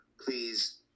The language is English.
please